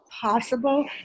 possible